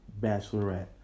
bachelorette